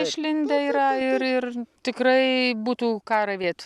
išlindę yra ir ir tikrai būtų ką ravėt